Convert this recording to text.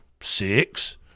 six